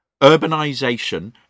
urbanisation